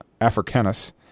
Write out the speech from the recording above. Africanus